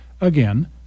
Again